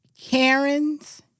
Karen's